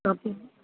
okay